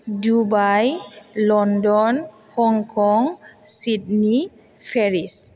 Dubai London Hong Kong Sydney Paris